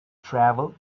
travel